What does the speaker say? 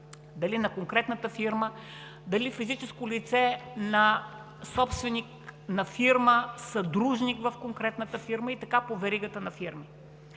дали на конкретната фирма, дали физическо лице – собственик на фирма, съдружник в конкретната фирма, и така по веригата на фирмата.